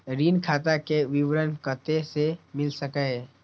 ऋण खाता के विवरण कते से मिल सकै ये?